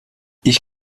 ich